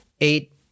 Eight